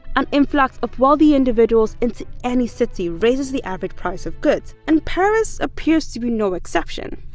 an influx of wealthy individuals into any city raises the average price of goods, and paris appears to be no exception.